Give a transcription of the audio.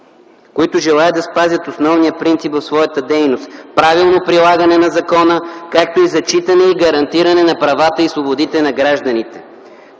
които желаят да спазят основния принцип в своята дейност – правилно прилагане на закона, както и зачитане и гарантиране на правата и свободите на гражданите.